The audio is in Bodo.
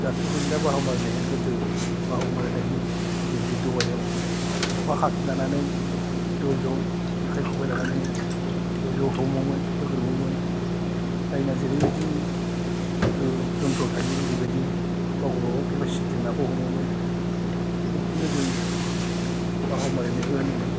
दाथ' गैला बाहुमारिनाया गोदो बाहुमारिनाय होनोमोन गिदित गिदित दबायाव ककाखाखाखि लानानै ज' ज' जेखाय खबाय लानानै ज' ज' हमोमोन गोग्रोमोमोन जायना जेरैबायदि ज जन्थ्र थायो एरैबायदि गाव गाबागाव केपासिटिनि नाखौ हमोमोन बेफोरखौनो जों बाहुमारिनायबो होनोमोन